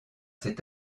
cet